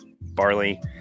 barley